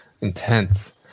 Intense